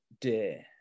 dear